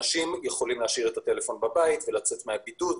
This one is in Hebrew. אנשים יכולים להשאיר את הטלפון בבית ולצאת מהבידוד.